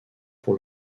pour